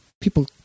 People